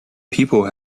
people